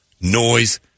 noise